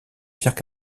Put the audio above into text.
pierre